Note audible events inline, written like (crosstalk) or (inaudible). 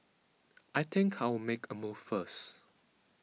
(noise) I think I'll make a move first